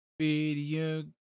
video